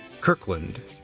Kirkland